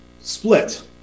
split